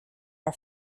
our